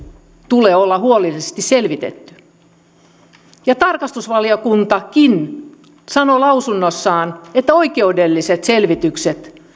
tulee olla huolellisesti selvitetty tarkastusvaliokuntakin sanoo lausunnossaan että oikeudelliset selvitykset